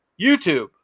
YouTube